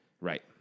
Right